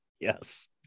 yes